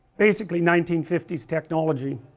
basically nineteen fifty s technology